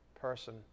person